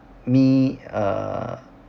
me err